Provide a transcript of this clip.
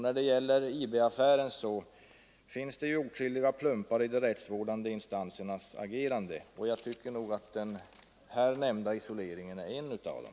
När det gäller IB-affären finns det åtskilliga plumpar i de rättsvårdande instansernas agerande. Jag tycker att den nämnda isoleringen är en av dem.